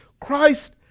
Christ